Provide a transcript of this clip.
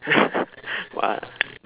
what